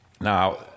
Now